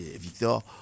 Victor